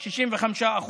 65%,